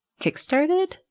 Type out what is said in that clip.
kickstarted